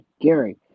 Gary